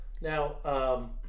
Now